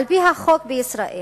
על-פי החוק בישראל,